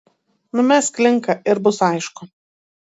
numesk linką ir bus aišku